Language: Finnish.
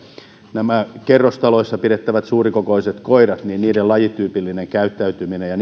myös näiden kerrostaloissa pidettävien suurikokoisten koirien lajityypillinen käyttäytyminen ja